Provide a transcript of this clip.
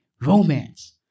Romance